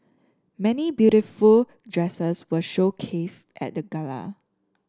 many beautiful dresses were showcased at the gala